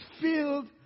filled